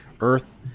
earth